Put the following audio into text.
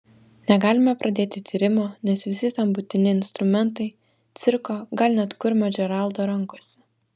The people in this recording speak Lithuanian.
negalime pradėti tyrimo nes visi tam būtini instrumentai cirko gal net kurmio džeraldo rankose